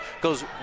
goes